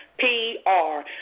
P-R